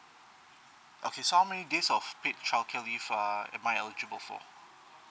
okay so how many days of paid childcare leave uh am I eligible for